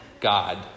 God